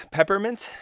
Peppermint